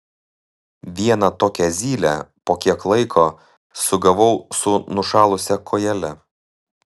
vieną tokią zylę po kiek laiko sugavau su nušalusia kojele